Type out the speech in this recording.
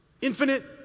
Infinite